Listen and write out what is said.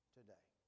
today